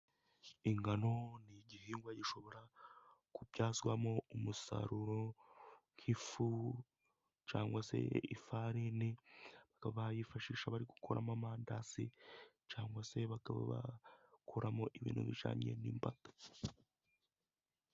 Ingano ni igihingwa gishobora kubyazwamo umusaruro, nk'ifu, cyangwa se ifarine, bayifashisha bari gukuramo amandazi, cyangwa se bakaba bakuramo ibintu bijyanye n'imbada.